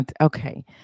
Okay